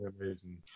amazing